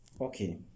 okay